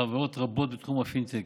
חברות רבות בתחום הפינטק,